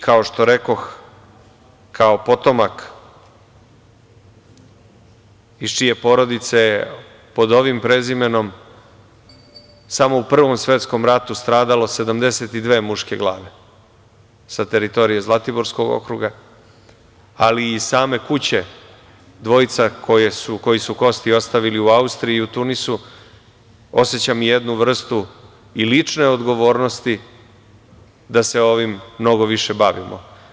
Kao što rekoh, kao potomak iz čije je porodice pod ovim prezimenom samo u Prvom svetskom ratu stradalo 72 muške glave, sa teritorije Zlatiborskog okruga, ali i iz same kuće dvojica koji su kosti ostavili u Austriji i u Tunisu, osećam jednu vrstu i lične odgovornosti da se ovim mnogo više bavimo.